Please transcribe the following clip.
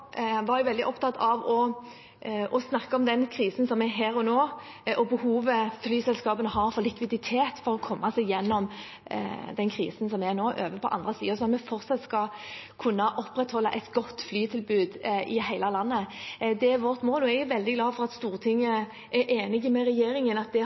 var jeg veldig opptatt av å snakke om den krisen som er her og nå, og behovet flyselskapene har for likviditet for å komme seg gjennom den krisen og over på den andre siden, sånn at vi fortsatt skal kunne opprettholde et godt flytilbud i hele landet. Det er vårt mål. Jeg er veldig glad for at Stortinget er enig med regjeringen i at det